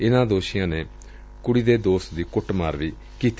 ਇਨੂਾਂ ਦੋਸ਼ੀਆਂ ਨੇ ਕੁੜੀ ਦੇ ਦੋਸਤ ਦੀ ਕੁੱਟਮਾਰ ਵੀ ਕੀਤੀ